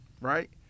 right